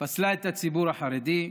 פסלה את הציבור החרדי,